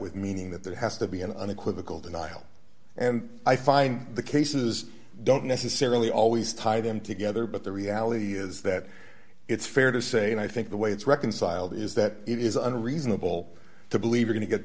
with meaning that there has to be an unequivocal denial and i find the cases don't necessarily always tie them together but the reality is that it's fair to say and i think the way it's reconciled is that it is unreasonable to believe are going to get